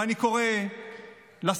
ואני קורא לשרים,